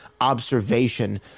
observation